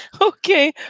Okay